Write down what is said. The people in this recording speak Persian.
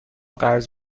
قرض